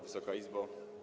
Wysoka Izbo!